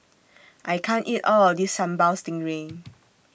I can't eat All of This Sambal Stingray